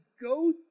go